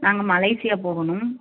நாங்கள் மலேஷியா போகணும்